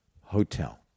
hotel